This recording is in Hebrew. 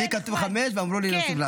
לי כתוב חמש, ואמרו לי להוסיף לך.